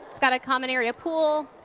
it's got a common area pool.